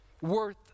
worth